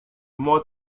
mod